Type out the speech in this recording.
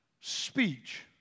speech